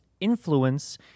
influence